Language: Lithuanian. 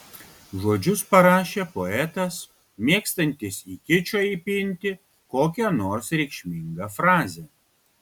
žodžius parašė poetas mėgstantis į kičą įpinti kokią nors reikšmingą frazę